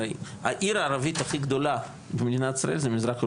העיר הערבית הכי גדולה במדינת ישראל זה מזרח ירושלים.